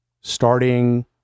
starting